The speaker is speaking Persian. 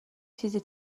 تیزی